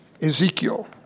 Ezekiel